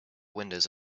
windows